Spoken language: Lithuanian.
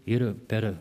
ir per